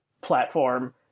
platform